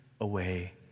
away